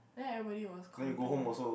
then everybody was complaining